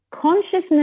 consciousness